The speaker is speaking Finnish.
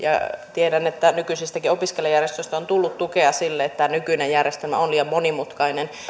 tiedän että nykyisistäkin opiskelijajärjestöistä on tullut tukea sille että tämä nykyinen järjestelmä on liian monimutkainen